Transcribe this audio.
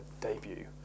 debut